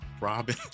robin